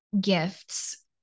gifts